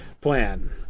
plan